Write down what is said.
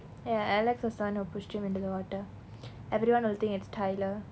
ya alex was the one who pushed him into the water everyone will think it's tyler